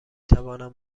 توانم